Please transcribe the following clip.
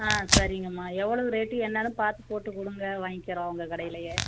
ஆ சரிங்கம்மா எவ்வளது ரேட்டு என்னன்னு பார்த்து போட்டு கொடுங்க வாங்கிக்கிறோம் உங்கள் கடையிலேயே